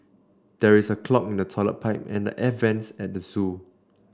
there is a clog in the toilet pipe and the air vents at zoo